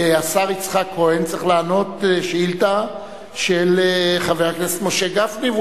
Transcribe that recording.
והשר יצחק כהן צריך לענות על שאילתא של חבר הכנסת משה גפני,